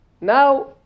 Now